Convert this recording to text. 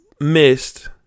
Missed